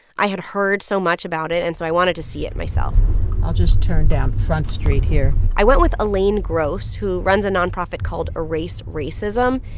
i had heard so much about it, and so i wanted to see it myself i'll just turn down front street here i went with elaine gross, who runs a nonprofit called a erase racism.